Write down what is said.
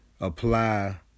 apply